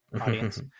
audience